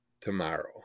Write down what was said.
Tomorrow